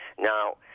Now